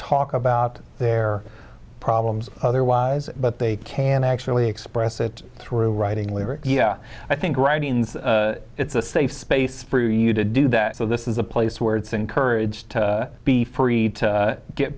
talk about their problems otherwise but they can actually express it through writing lyrics i think writing's it's a safe space for you to do that so this is a place where it's encouraged to be free to get